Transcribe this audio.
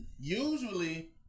usually